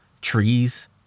trees